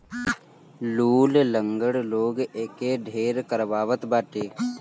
लूल, लंगड़ लोग एके ढेर करवावत बाटे